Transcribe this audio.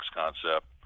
concept